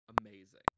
amazing